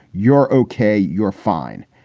you're okay. you're fine.